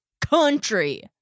country